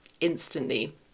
instantly